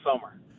summer